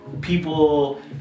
people